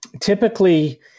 Typically